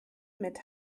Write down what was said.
mit